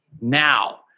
Now